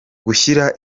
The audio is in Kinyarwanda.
gushyira